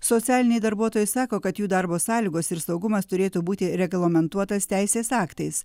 socialiniai darbuotojai sako kad jų darbo sąlygos ir saugumas turėtų būti reglamentuotas teisės aktais